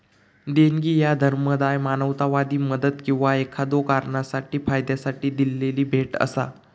देणगी ह्या धर्मादाय, मानवतावादी मदत किंवा एखाद्यो कारणासाठी फायद्यासाठी दिलेली भेट असा